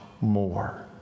more